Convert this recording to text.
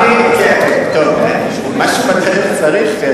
משהו בדרך צריך.